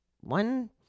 one